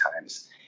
Times